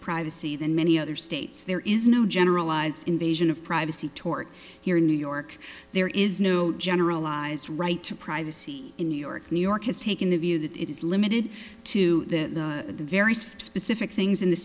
sea than many other states there is no generalized invasion of privacy tort here in new york there is no generalized right to privacy in new york new york has taken the view that it is limited to the very specific things in the